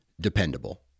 dependable